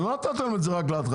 אבל לא נתתם את זה רק להתחלה,